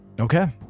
Okay